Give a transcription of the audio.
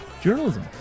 Journalism